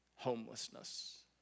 homelessness